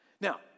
Now